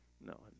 No